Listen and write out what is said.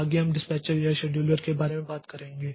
आगे हम डिस्पैचर या शेड्यूलर के बारे में बात करेंगे